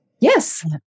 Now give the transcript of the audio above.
Yes